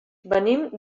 venim